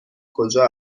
کجا